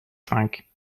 cinq